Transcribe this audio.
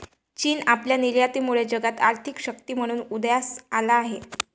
चीन आपल्या निर्यातीमुळे जगात आर्थिक शक्ती म्हणून उदयास आला आहे